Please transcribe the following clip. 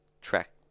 track